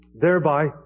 Thereby